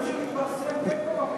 זה גם נתון שמתפרסם בין כה וכה.